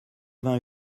vingt